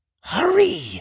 Hurry